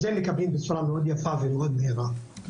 זה נותנים בצורה מאוד יפה ומאוד מהירה.